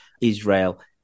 Israel